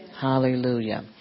Hallelujah